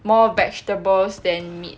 more vegetables than meat